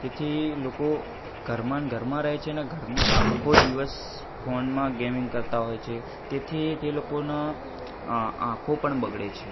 તેથી લોકો ઘરમાં ન ઘરમાં હે છે ને ઘરમાં આખો દિવસ ફોનમાં ગેમિંગ કરતા હોય છે તેથી તે લોકોના આંખો પણ બગડે છે